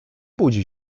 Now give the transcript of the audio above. budzi